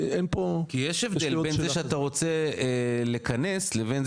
כי יש הבדל בין זה שאתה רוצה לכנס לבין זה